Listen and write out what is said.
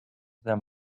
them